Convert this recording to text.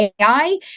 AI